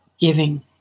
giving